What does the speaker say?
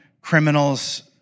criminals